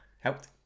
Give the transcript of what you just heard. helped